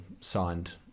signed